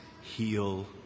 heal